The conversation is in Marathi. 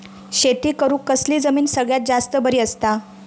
शेती करुक कसली जमीन सगळ्यात जास्त बरी असता?